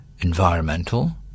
Environmental